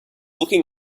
looking